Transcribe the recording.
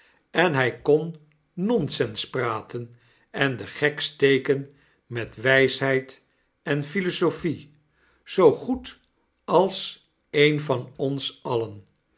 en hy kon nonsons praten en den gek'steken met wysheid en philosophie zoo goed als een van ons alien